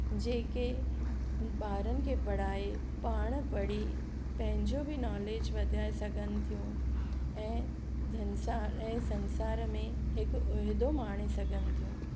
जेके ॿारनि खे पढ़ाए पाण पढ़ी पंहिंजो बि नॉलेज वधाए सघनि थियूं ऐं संसार में हिकु उहिदो माणे सघनि थियूं